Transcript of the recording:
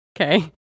Okay